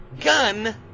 Gun